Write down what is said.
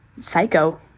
psycho